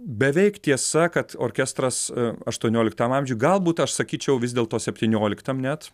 beveik tiesa kad orkestras aštuonioliktam amžiuj galbūt aš sakyčiau vis dėlto septynioliktam net